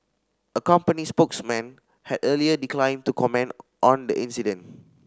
a company spokesman had earlier declined to comment on the incident